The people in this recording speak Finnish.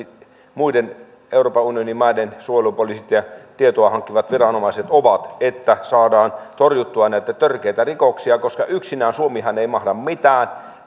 muiden euroopan unionin maiden suojelupoliisit ja tietoa hankkivat viranomaiset ovat että saadaan torjuttua näitä törkeitä rikoksia koska yksinäänhän suomi ei mahda mitään